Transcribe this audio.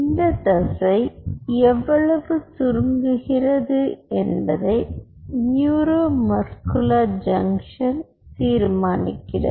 இந்த தசை எவ்வளவு சுருங்குகிறது என்பதை நியூரோ மஸ்குலர் ஜங்ஷன் தீர்மானிக்கிறது